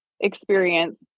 experience